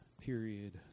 period